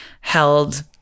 held